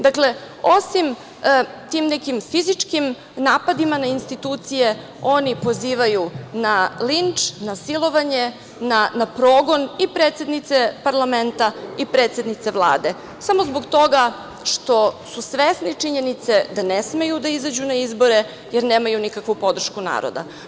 Dakle, osim tim nekim fizičkim napadima na institucije oni pozivaju na linč, silovanje nasilje, na progon, i predsednice parlamenta i predsednice Vlade, samo zbog toga što su svesni činjenice da ne smeju da izađu na izbore, jer nemaju nikakvu podršku naroda.